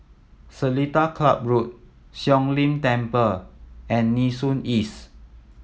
Seletar Club Road Siong Lim Temple and Nee Soon East